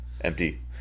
Empty